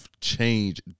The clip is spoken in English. change